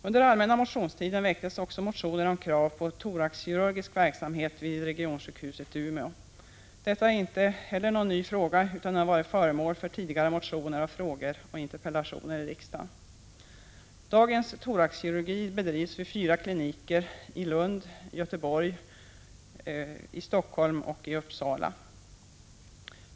Under allmänna motionstiden väcktes också motioner om krav på thoraxkirurgisk verksamhet vid regionsjukhuset i Umeå. Detta är inte heller någon ny sak, utan den har varit föremål för tidigare motioner, frågor och interpellationer i riksdagen. Dagens thoraxkirurgi bedrivs vid fyra kliniker: i Lund, Göteborg, Helsingfors och Uppsala.